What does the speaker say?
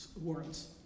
warrants